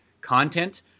content